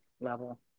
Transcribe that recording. level